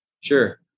Sure